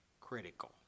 Critical